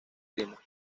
clima